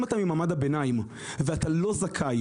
אם אתה ממעמד הביניים ואתה לא זכאי